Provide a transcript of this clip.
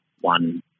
one